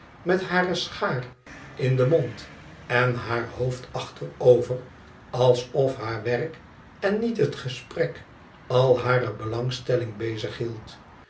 met hare schaar in den mond en haar hoofd achterover alsof haar werk en niet het gesprek al hare belangstelling bezig hield